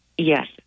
Yes